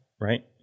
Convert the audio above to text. right